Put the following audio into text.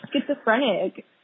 schizophrenic